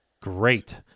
Great